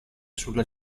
sulla